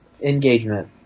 engagement